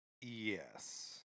Yes